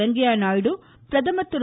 வெங்கய்ய நாயுடு பிரதமா் திரு